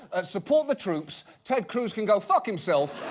support the troops, ted cruz can go fuck himself.